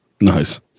Nice